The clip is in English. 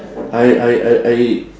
I I I I